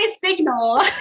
signal